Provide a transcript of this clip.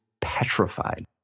petrified